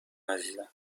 عزیزم